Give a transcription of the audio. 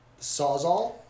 Sawzall